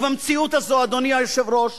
ובמציאות הזו, אדוני היושב-ראש,